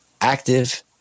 active